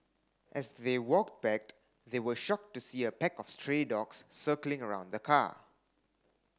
as they walked backed they were shocked to see a pack of stray dogs circling around the car